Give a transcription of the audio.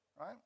Right